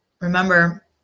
remember